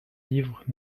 livres